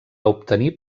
obtenir